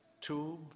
tube